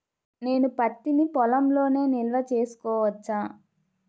నేను పత్తి నీ పొలంలోనే నిల్వ చేసుకోవచ్చా?